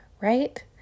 Right